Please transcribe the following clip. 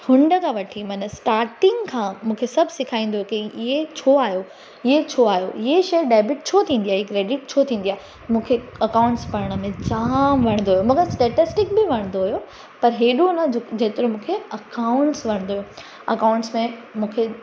हूंड खां वठी माना स्टाटिंग खां मूंखे सभु सेखारींदो हुयो की इऐं छो आयो इऐं छो आयो इऐं शइ डेबिट छो थींदी आहे इऐं क्रेडिट छो थींदी आहे मूंखे अकाउंट्स पढ़ण में जामु वणंदो हुयो मूंखे स्टेट्सटिक बि वणंदो हुयो पर हेॾो न जेतिरो मूंखे अकाउंट्स वणंदो हुयो अकाउंट्स में मूंखे